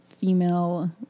female